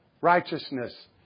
Righteousness